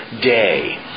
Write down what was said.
day